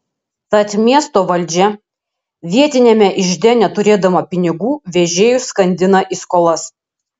tad miesto valdžia vietiniame ižde neturėdama pinigų vežėjus skandina į skolas